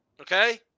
Okay